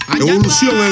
Evolución